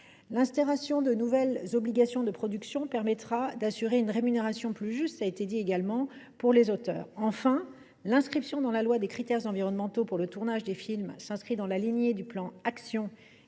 l’instauration de nouvelles obligations de production permettra d’assurer une rémunération plus juste pour les auteurs. Enfin, l’inscription dans la loi des critères environnementaux pour le tournage des films s’inscrit dans la lignée du plan action